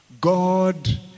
God